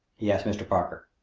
he asked mr. parker.